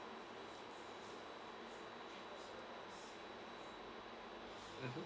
mmhmm